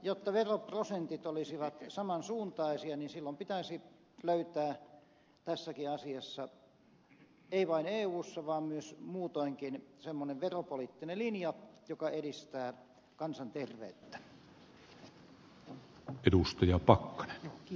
jotta veroprosentit olisivat saman suuntaisia silloin pitäisi löytää tässäkin asiassa ei vain eussa vaan myös muutoinkin semmoinen veropoliittinen linja joka edistää kansanterveyttä